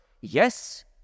yes